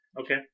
Okay